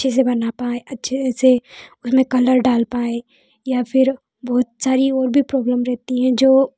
अच्छे से बना पाए अच्छे से उनमें कलर डाल पाए या फिर बहुत सारी और भी प्रोब्लम रहती हैं जो